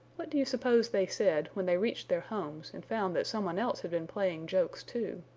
what do you suppose they said when they reached their homes and found that someone else had been playing jokes, too?